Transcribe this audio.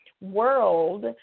world